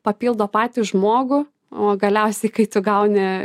papildo patį žmogų o galiausiai kai tu gauni